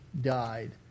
died